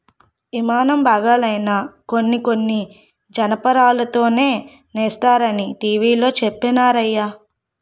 యిమానం బాగాలైనా కొన్ని కొన్ని జనపనారతోనే సేస్తరనీ టీ.వి లో చెప్పినారయ్య